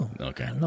okay